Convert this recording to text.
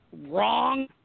Wrong